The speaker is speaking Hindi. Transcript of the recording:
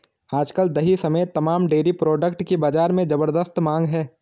आज कल दही समेत तमाम डेरी प्रोडक्ट की बाजार में ज़बरदस्त मांग है